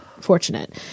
fortunate